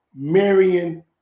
Marion